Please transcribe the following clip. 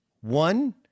one